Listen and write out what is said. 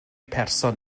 person